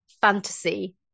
fantasy